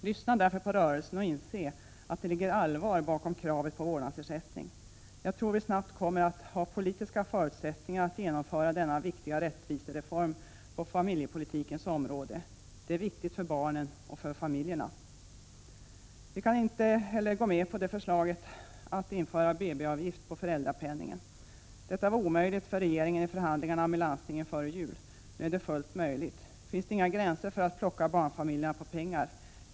Lyssna därför på rörelsen och inse att det ligger allvar bakom kravet på vårdnadsersättning. Jag tror att vi snabbt kommer att ha politiska förutsättningar att genomföra denna viktiga rättvisereform på familjepolitikens område. Det är viktigt för barnen och för familjerna. Vi kan inte heller gå med på regeringens förslag att införa BB-avgift på föräldrapenningen. Detta var omöjligt för regeringen i förhandlingarna med landstingen före jul. Nu är det fullt möjligt. Finns det inga gränser när det gäller att plocka barnfamiljerna på pengar?